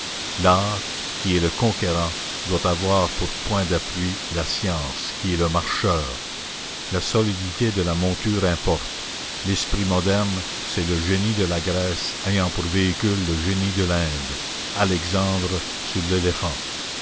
l'art qui est le conquérant doit avoir pour point d'appui la science qui est le marcheur la solidité de la monture importe l'esprit moderne c'est le génie de la grèce ayant pour véhicule le génie de l'inde alexandre sur l'éléphant